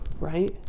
right